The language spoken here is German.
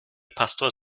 pastor